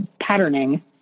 patterning